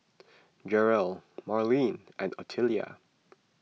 Jerrell Marleen and Ottilia